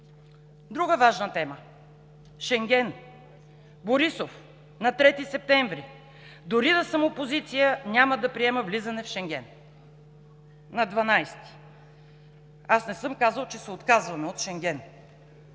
Друга важна тема – Шенген. Борисов на 3-и септември: „Дори да съм опозиция няма да приема влизане в Шенген.“ На 12-и: „Аз не съм казал, че се отказваме от Шенген.“